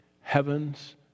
heavens